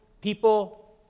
people